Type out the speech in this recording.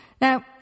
Now